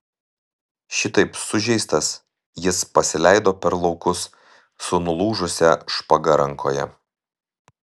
šitaip sužeistas jis pasileido per laukus su nulūžusia špaga rankoje